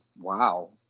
wow